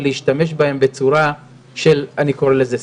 ולהשתמש בהם בצורה של סחיטה.